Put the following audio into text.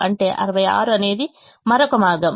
అంటే 66 అనేది మరొక మార్గం